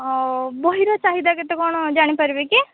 ହଉ ବହିର ଚାହିଦା କେତେ କ'ଣ ଜାଣିପାରିବେ କି